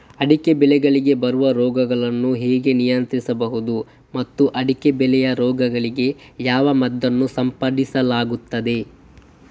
ಅಡಿಕೆ ಬೆಳೆಗಳಿಗೆ ಬರುವ ರೋಗಗಳನ್ನು ಹೇಗೆ ನಿಯಂತ್ರಿಸಬಹುದು ಮತ್ತು ಅಡಿಕೆ ಬೆಳೆಯ ರೋಗಗಳಿಗೆ ಯಾವ ಮದ್ದನ್ನು ಸಿಂಪಡಿಸಲಾಗುತ್ತದೆ?